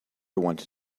wanted